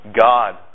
God